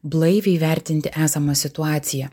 blaiviai įvertinti esamą situaciją